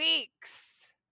weeks